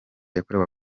yakorewe